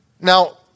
Now